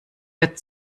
wird